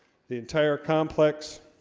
the entire complex